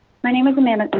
my name is amanda,